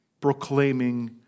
proclaiming